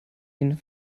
ihn